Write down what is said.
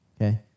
okay